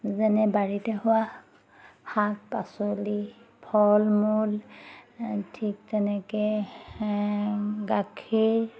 যেনে বাৰীতে হোৱা শাক পাচলি ফল মূল ঠিক তেনেকৈ গাখীৰ